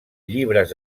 llibres